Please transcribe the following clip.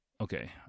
okay